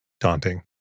Daunting